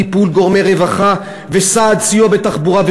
טיפול גורמי רווחה וסעד וסיוע בתחבורה.